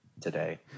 Today